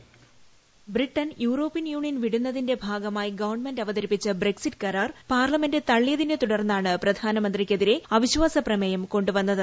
voice Britain European Union വിടുന്നതിന്റെ ഭാഗമായി government അവതരിപ്പിച്ച ബ്രക്സിറ്റ് കരാർ പാർലമെന്റ് തള്ളിയ തിനെ തുടർന്നാണ് പ്രധാനമന്ത്രിക്കെതിരെ അവിശ്വാസ പ്രമേയം കൊണ്ടു വന്നത്